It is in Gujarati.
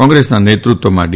કોંગ્રેસના નેતૃત્વમાં ડી